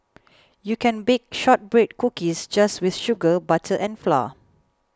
you can bake Shortbread Cookies just with sugar butter and flour